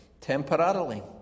temporarily